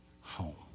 home